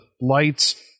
lights